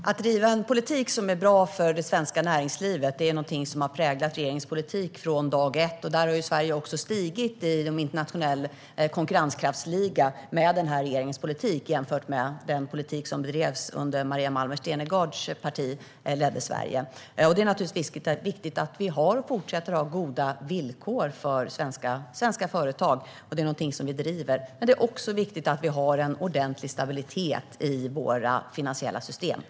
Herr talman! Det handlar om att driva en politik som är bra för det svenska näringslivet. Det är någonting som har präglat regeringens politik från dag ett. Sverige har också stigit i den internationella konkurrenskraftsligan med den här regeringens politik, jämfört med den politik som bedrevs när Maria Malmer Stenergards parti ledde Sverige. Det är naturligtvis viktigt att vi har och fortsätter att ha goda villkor för svenska företag. Det är någonting som vi driver. Men det är också viktigt att vi har en ordentlig stabilitet i våra finansiella system.